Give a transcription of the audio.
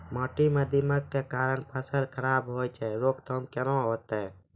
माटी म दीमक के कारण फसल खराब होय छै, रोकथाम केना होतै?